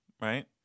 right